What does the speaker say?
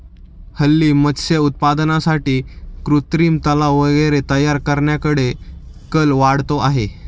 हल्ली मत्स्य उत्पादनासाठी कृत्रिम तलाव वगैरे तयार करण्याकडे कल वाढतो आहे